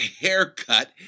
haircut